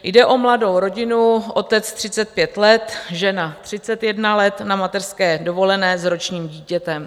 Jde o mladou rodinu, otec 35 let, žena 31 let na mateřské dovolené s ročním dítětem.